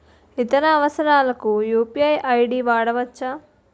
ఇతర అవసరాలకు UPI ID వాడవచ్చా?